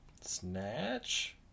Snatch